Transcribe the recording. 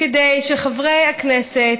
כדי שחברי הכנסת,